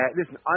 Listen